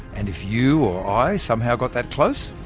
and if you or i somehow got that close?